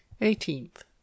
Eighteenth